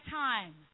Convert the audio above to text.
time